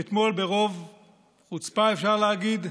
אתמול, ברוב חוצפה, אפשר להגיד,